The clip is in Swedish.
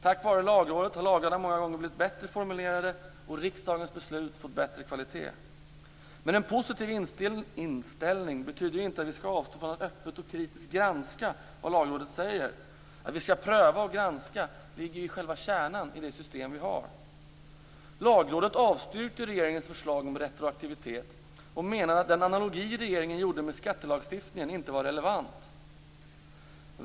Tack vare Lagrådet har lagarna många gånger blivit bättre formulerade och riksdagens beslut fått en bättre kvalitet. En positiv inställning betyder dock inte att vi skall avstå från att öppet och kritiskt granska vad Lagrådet säger. Att vi skall pröva och granska ligger ju i själva kärnan i det system som vi har. Lagrådet avstyrkte regeringens förslag om retroaktivitet och menade att den analogi regeringen gjorde med skattelagstiftningen inte var relevant.